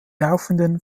laufenden